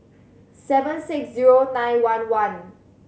seven six zero nine one one